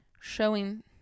showing